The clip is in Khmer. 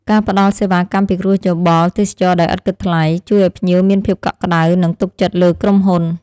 ការផ្តល់សេវាកម្មពិគ្រោះយោបល់ទេសចរណ៍ដោយឥតគិតថ្លៃ ជួយឱ្យភ្ញៀវមានភាពកក់ក្តៅនិងទុកចិត្តលើក្រុមហ៊ុន។